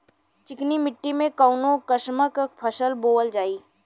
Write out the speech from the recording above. चिकनी मिट्टी में कऊन कसमक फसल बोवल जाई?